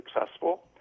successful